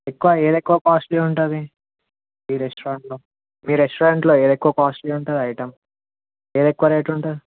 ఎక్కువ ఏది ఎక్కువ కాస్ట్లీ ఉంటుంది మీ రెస్టారెంట్లో మీ రెస్టారెంట్లో ఏది ఎక్కువ కాస్ట్లీ ఉంటుంది ఐటెమ్ ఏది ఎక్కువ రేట్ ఉంటుంది